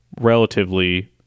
relatively